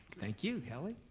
thank you, kelly.